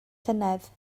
llynedd